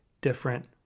different